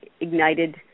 ignited